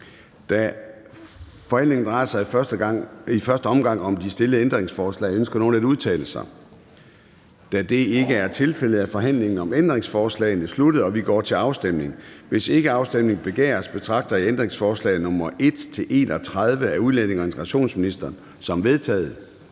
Forhandlingen drejer sig i første omgang om de stillede ændringsforslag. Ønsker nogen at udtale sig? Da det ikke er tilfældet, er forhandlingen om ændringsforslagene sluttet, og vi går til afstemning. Kl. 09:50 Afstemning Formanden (Søren Gade): Hvis ikke afstemning begæres, betragter jeg ændringsforslag nr. 1-31 af udlændinge- og integrationsministeren som vedtaget.